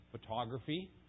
photography